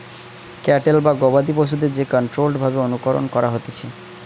cattle বা গবাদি পশুদের যে কন্ট্রোল্ড ভাবে অনুকরণ করা হতিছে